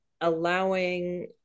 allowing